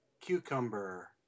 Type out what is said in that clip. Cucumber